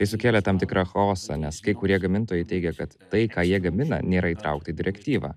jis sukėlė tam tikrą chaosą nes kai kurie gamintojai teigia kad tai ką jie gamina nėra įtraukti į direktyvą